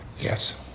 Yes